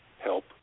help